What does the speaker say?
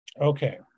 Okay